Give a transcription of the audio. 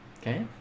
Okay